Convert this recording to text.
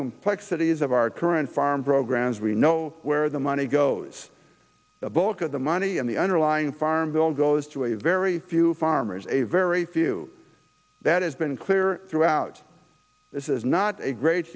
complexities of our current farm programs we know where the money goes the bulk of the money and the underlying farm bill goes to a very few farmers a very few that has been clear throughout this is not a great